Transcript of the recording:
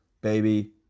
baby